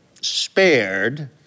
spared